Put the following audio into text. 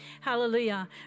Hallelujah